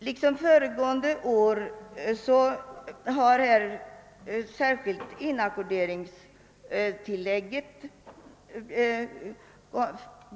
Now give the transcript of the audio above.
Liksom föregående år har motioner väckts beträffande inackorderingstillägget.